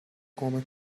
قوم